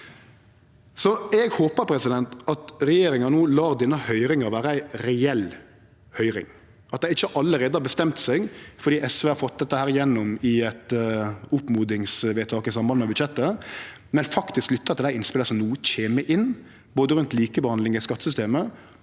Eg håpar at regjeringa no lar denne høyringa vere ei reell høyring – at dei ikkje allereie har bestemt seg fordi SV har fått dette gjennom i eit oppmodingsvedtak i samband med budsjettet, men faktisk lyttar til dei innspela som no kjem inn, både rundt likebehandling i skattesystemet